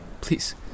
Please